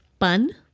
Bun